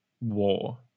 war